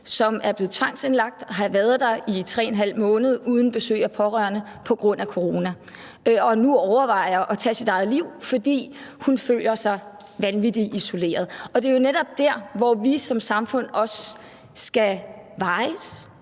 der er blevet tvangsindlagt, har være der i 3½ måned uden besøg af pårørende på grund af corona, og hun overvejer nu at tage sit eget liv, fordi hun føler sig vanvittig isoleret. Det er jo netop dér, hvor vi som samfund også skal vejes